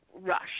rush